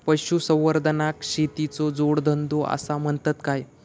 पशुसंवर्धनाक शेतीचो जोडधंदो आसा म्हणतत काय?